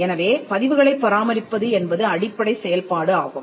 எனவே பதிவுகளைப் பராமரிப்பது என்பது அடிப்படை செயல்பாடு ஆகும்